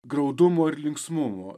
graudumo ir linksmumo